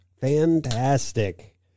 fantastic